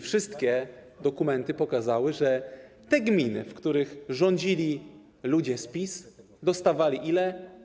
Wszystkie dokumenty pokazały, że te gminy, w których rządzili ludzie z PiS, dostawały ile?